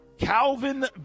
Calvin